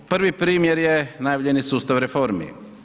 Prvi primjer je najavljeni sustav reformi.